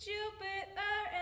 Jupiter